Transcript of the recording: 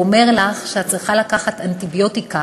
אומר לך שאת צריכה לקחת אנטיביוטיקה,